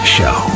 Show